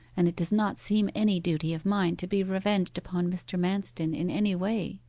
and it does not seem any duty of mine to be revenged upon mr. manston in any way